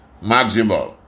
maximum